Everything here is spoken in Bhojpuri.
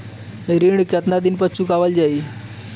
ऋण केतना दिन पर चुकवाल जाइ?